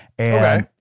Okay